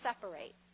separate